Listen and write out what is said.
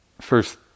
First